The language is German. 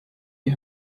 die